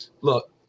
Look